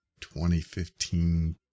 2015